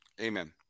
Amen